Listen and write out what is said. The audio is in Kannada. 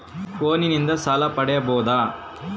ಫೋನಿನಿಂದ ಸಾಲ ಪಡೇಬೋದ?